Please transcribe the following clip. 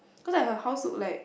cause like her house look like